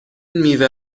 میوه